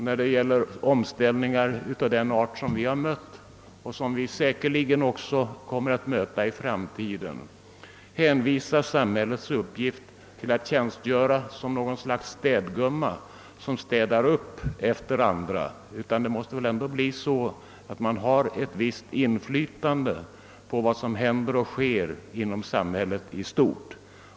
När det gäller omställningar av den art vi mött och säkerligen också kommer att möta i framtiden kan man inte göra gällande att samhällets uppgift är att tjänstgöra som något slags städgumma, som städar upp efter andra. I stället måste stat och kommun ha ett visst inflytande på vad som händer inom samhället i stort.